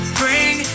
bring